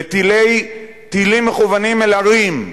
בטילים מכוונים אל ערים.